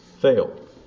fail